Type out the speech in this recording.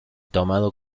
tomado